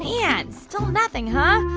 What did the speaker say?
yeah man, still nothing, huh?